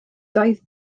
doedd